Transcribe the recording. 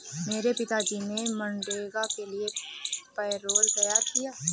मेरे पिताजी ने मनरेगा के लिए पैरोल तैयार किया